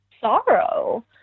sorrow